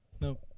Nope